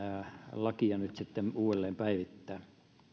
lakia nyt sitten uudelleen päivittää